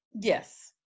Yes